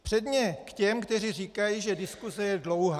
Předně k těm, kteří říkají, že diskuse je dlouhá.